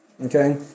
Okay